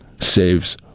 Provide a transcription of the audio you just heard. saves